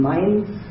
Minds